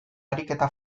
ariketa